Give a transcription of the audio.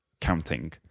counting